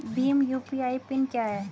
Bhim UPI PIN क्या है?